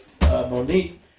Monique